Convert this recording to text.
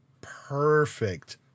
perfect